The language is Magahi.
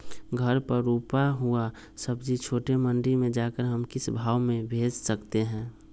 घर पर रूपा हुआ सब्जी छोटे मंडी में जाकर हम किस भाव में भेज सकते हैं?